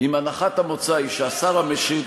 אם הנחת המוצא היא שהשר המשיב